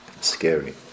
scary